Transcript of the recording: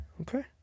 okay